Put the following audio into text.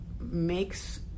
makes